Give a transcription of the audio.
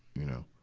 you know.